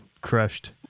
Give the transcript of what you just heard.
crushed